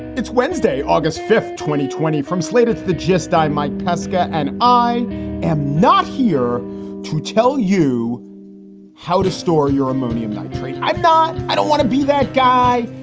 it's wednesday, august fifth, twenty twenty from slate's the gist, i'm mike pesca, and i am not here to tell you how to store your ammonium nitrate i'm not i don't want to be that guy.